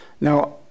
Now